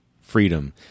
freedom